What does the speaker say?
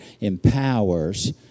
empowers